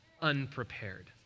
unprepared